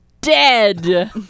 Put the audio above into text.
dead